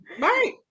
right